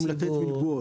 בתחום של לתת מלגות,